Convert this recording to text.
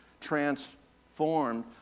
transformed